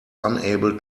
unable